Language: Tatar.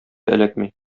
эләкми